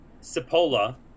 Cipolla